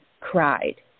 cried